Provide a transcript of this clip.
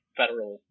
Federal